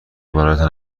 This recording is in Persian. برایتان